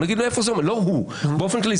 לא הוא, באופן כללי.